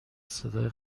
صدای